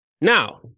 Now